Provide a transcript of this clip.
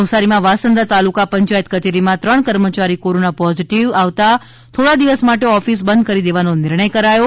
નવસારીમાં વાંસદા તાલુકા પંચાયત કચેરીમાં ત્રણ કર્મચારી કોરોના પોઝિટિવ આવતા થોડા દિવસ માટે ઓફિસ બંધ કરી દેવાનો નિર્ણય કરાયો છે